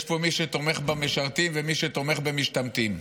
יש פה מי שתומך במשרתים ומי שתומך במשתמטים.